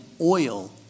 oil